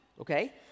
okay